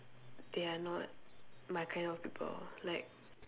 they are not my kind of people like